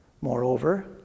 moreover